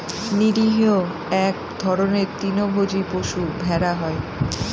নিরীহ এক ধরনের তৃণভোজী পশু ভেড়া হয়